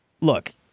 look